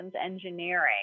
engineering